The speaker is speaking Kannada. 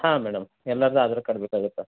ಹಾಂ ಮೇಡಮ್ ಎಲ್ಲಾರದ್ದು ಆಧಾರ್ ಕಾರ್ಡ್ ಬೇಕಾಗುತ್ತೆ